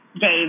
Dave